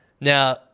Now